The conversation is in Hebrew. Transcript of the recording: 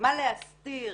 מה להסתיר,